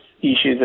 issues